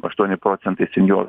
aštuoni procentai senjorų